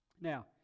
Now